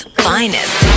finest